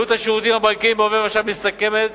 עלות השירותים הבנקאיים בעובר ושב מסתכמת